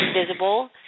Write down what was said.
Invisible